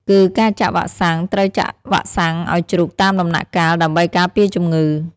គីការចាក់វ៉ាក់សាំង ត្រូវចាក់វ៉ាក់សាំងឲ្យជ្រូកតាមដំណាក់កាលដើម្បីការពារជំងឺ។